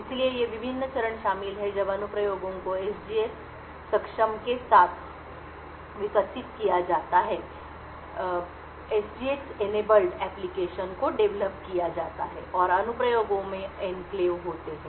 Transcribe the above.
इसलिए ये विभिन्न चरण शामिल हैं जब अनुप्रयोगों को SGX सक्षम के साथ विकसित किया जाता है और अनुप्रयोगों में एन्क्लेव होते हैं